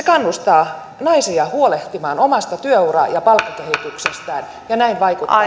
kannustaa naisia huolehtimaan omasta työura ja palkkakehityksestään ja näin vaikuttaa